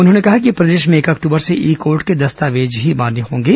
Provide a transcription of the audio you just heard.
उन्होंने कहा कि प्रदेश में एक अक्टूबर से ई कोर्ट के दस्तावेज ही मान्य होंगे